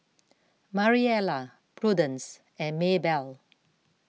Mariela Prudence and Maybell